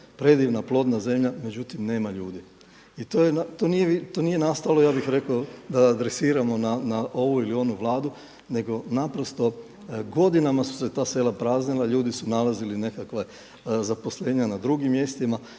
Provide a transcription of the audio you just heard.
predivna plodna zemlja, međutim nema ljudi. To nije nastalo ja bih rekao da adresiramo na ovu ili na onu vladu, nego naprosto godinama su se ta sela praznila, ljudi su nalazili nekakva zaposlenja na drugim mjestima.